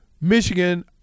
Michigan